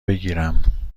بگیرم